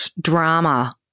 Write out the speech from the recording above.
drama